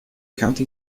county